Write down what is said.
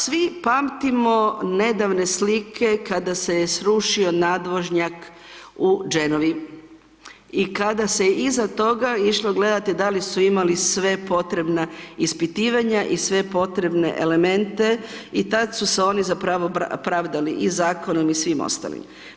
Svi pamtimo nedavne slike kada se je srušio nadvožnjak u Genovi i kada se iza toga išlo gledati da li su imali sve potrebna ispitivanja i sve potrebne elemente i tad su se oni zapravo pravdali i zakonom i svim ostalim.